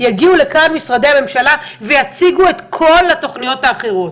יגיעו לכאן משרדי הממשלה ויציגו את כל התוכניות האחרות.